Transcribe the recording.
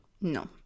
No